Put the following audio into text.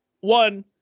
one